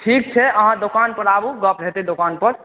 ठीक छै अहाँ दोकान पर आबूँ गप हेतै दोकान पर